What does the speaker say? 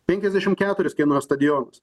penkiasdešimt keturis kainuoja stadionas